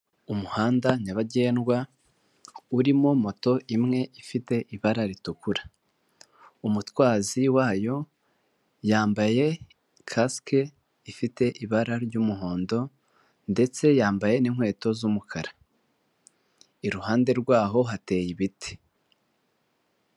Umuhanda nyabagendwa urimo moto imwe ifite ibara ritukura, umutwazi wayo yambaye kasike ifite ibara ry'umuhondo ndetse yambaye n'inkweto z'umukara. Iruhande rwaho hateye ibiti.